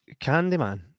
Candyman